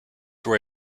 were